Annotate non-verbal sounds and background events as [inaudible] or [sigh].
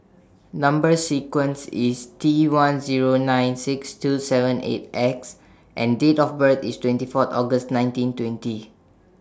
[noise] Number sequence IS T one Zero nine six two seven eight X and Date of birth IS twenty four August nineteen twenty